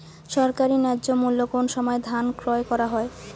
সরকারি ন্যায্য মূল্যে কোন সময় ধান ক্রয় করা হয়?